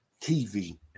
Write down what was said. TV